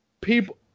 people